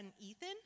Ethan